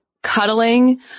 Cuddling